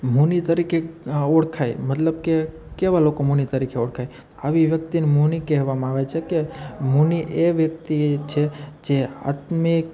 મુનિ તરીકે ઓળખાય મતલબ કે કેવા લોકો મુનિ તરીકે ઓળખાય આવી વ્યક્તિને મુનિ કહેવામાં આવે છે કે મુનિ એ વ્યક્તિ છે જે આત્મિક